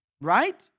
right